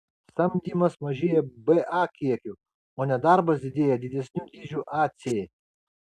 samdymas mažėja ba kiekiu o nedarbas didėja didesniu dydžiu ac